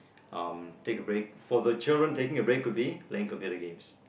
um take a break for the children taking a break will be playing computer games